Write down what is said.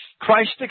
Christ